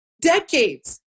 decades